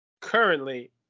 currently